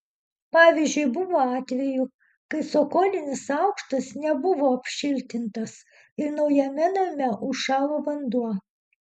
pavyzdžiui buvo atvejų kai cokolinis aukštas nebuvo apšiltintas ir naujame name užšalo vanduo